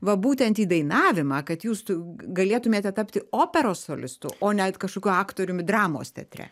va būtent į dainavimą kad jūs galėtumėte tapti operos solistu o net kažkokiu aktoriumi dramos teatre